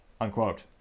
Unquote